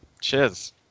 cheers